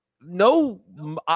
No